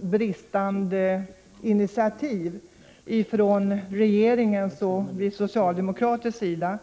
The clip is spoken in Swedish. bristande initiativ från regeringens och socialdemokraternas sida.